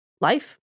Life